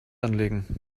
anlegen